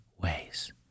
ways